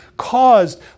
Caused